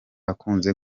akunze